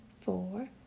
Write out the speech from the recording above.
four